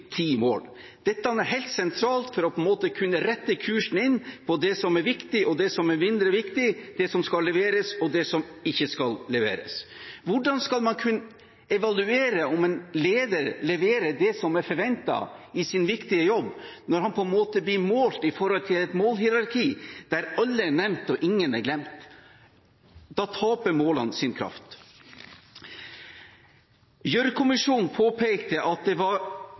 mål. Dette er helt sentralt for å kunne rette kursen inn på det som er viktig, og det som er mindre viktig, det som skal leveres, og det som ikke skal leveres. Hvordan skal man kunne evaluere om en leder leverer det som er forventet i sin viktige jobb, når han blir målt opp mot et målhierarki der alle er nevnt og ingen er glemt? Da taper målene sin kraft. Gjørv-kommisjonen påpekte at det var